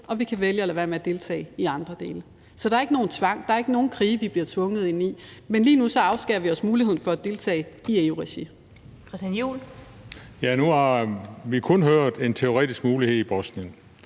og vi kan vælge at lade være med at deltage i andre dele. Så der er ikke nogen tvang, og der er ikke nogen krige, vi bliver tvunget ind i, men lige nu afskærer vi os muligheden for at deltage i EU-regi. Kl. 16:21 Den fg. formand (Annette Lind): Hr.